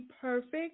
perfect